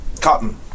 Cotton